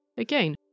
again